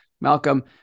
Malcolm